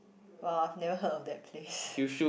!wow! I've never heard of that place